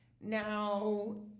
Now